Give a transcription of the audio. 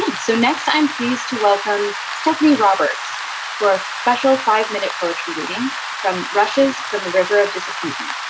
so next i'm pleased to welcome stephanie roberts for a special five-minute poetry reading from russia's from the river of disappointment,